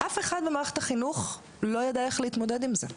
אף אחד במערכת החינוך לא ידע איך להתמודד עם זה.